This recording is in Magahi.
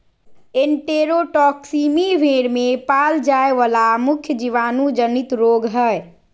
एन्टेरोटॉक्सीमी भेड़ में पाल जाय वला मुख्य जीवाणु जनित रोग हइ